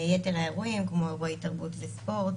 יתר האירועים - כמו אירועי תרבות וספורט,